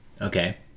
Okay